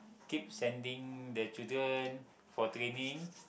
keep sending the children for training